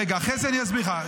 רגע, רגע, אחרי זה אני אסביר לך.